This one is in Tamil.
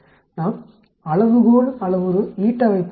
நாம் அளவுகோள் அளவுரு வைப் பார்ப்போம்